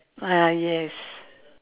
ah yes